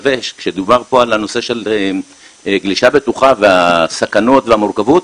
כשדובר פה על הנושא של גלישה בטוחה והסכנות והמורכבות,